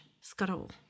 scuttle